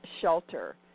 shelter